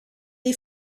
dei